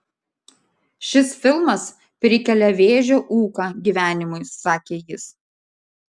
šis filmas prikelia vėžio ūką gyvenimui sakė jis